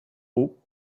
haut